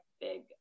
big